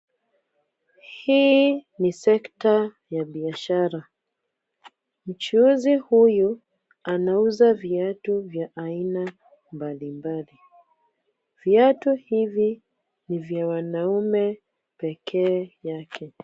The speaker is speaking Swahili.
Hii ni sekta ya biashara. Mchuuzi huyu, anauza viatu vya aina mbalimbali. Viatu hivi ni vya wanaume pekee yake.